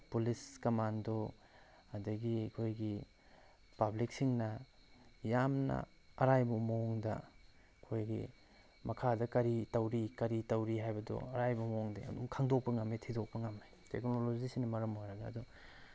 police commando ꯑꯗꯒꯤ ꯑꯩꯈꯣꯏꯒꯤ ꯄꯥꯕ꯭ꯂꯤꯛꯁꯤꯡꯅ ꯌꯥꯝꯅ ꯑꯔꯥꯏꯕ ꯃꯑꯣꯡꯗ ꯑꯩꯈꯣꯏꯒꯤ ꯃꯈꯥꯗ ꯀꯔꯤ ꯇꯧꯔꯤ ꯀꯔꯤ ꯇꯧꯔꯤ ꯍꯥꯏꯕꯗꯨ ꯑꯔꯥꯏꯕ ꯃꯑꯣꯡꯗ ꯈꯪꯗꯣꯛꯛꯞ ꯉꯝꯃꯤ ꯊꯤꯗꯣꯛꯄ ꯉꯝꯃꯤ ꯇꯦꯛꯅꯣꯂꯣꯖꯤꯁꯤꯅ ꯃꯔꯝ ꯑꯣꯏꯔꯒ ꯑꯗꯣ